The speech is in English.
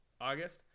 August